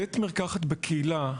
בית מרקחת בקהילה,